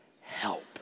help